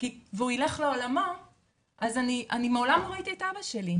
והוא ילך לעולמו אז אני מעולם לא ראיתי את אבא שלי,